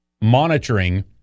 monitoring